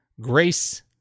Grace